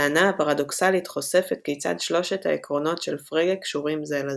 הטענה הפרדוקסלית חושפת כיצד שלושת העקרונות של פרגה קשורים זה לזה.